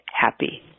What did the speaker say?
happy